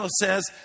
says